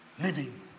Living